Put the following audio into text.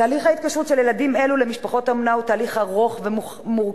תהליך ההתקשרות של ילדים אלו למשפחות האומנה הוא תהליך ארוך ומורכב,